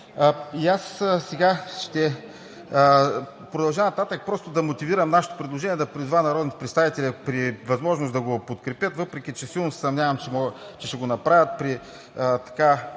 И аз сега ще продължа нататък, просто да мотивирам нашето предложение, да призова народните представители при възможност да го подкрепят, въпреки че силно се съмнявам, че ще могат да го направят при така